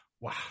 Wow